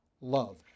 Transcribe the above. love